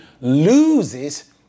loses